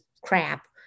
crap